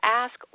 ask